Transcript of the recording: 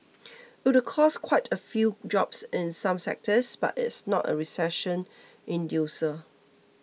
it could cost quite a few jobs in some sectors but it's not a recession inducer